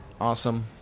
Awesome